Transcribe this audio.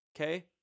Okay